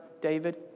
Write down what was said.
David